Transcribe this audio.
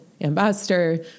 ambassador